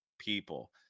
people